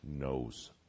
knows